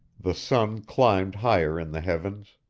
the sun climbed higher in the heavens.